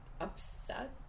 upset